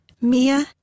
Mia